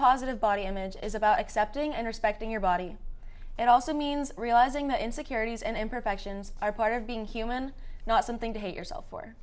positive body image is about accepting and respecting your body it also means realizing that insecurities and imperfections are part of being human not something to hate yourself or